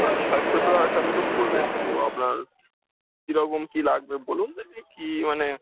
ওই ষাট সত্তর হাজার টাকার মতো পড়বে তবু আপনার কী রকম কী লাগবে বলুন দেখি কী মানে